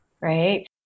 right